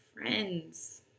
friends